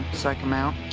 psyche em out.